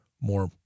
more